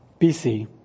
BC